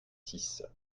six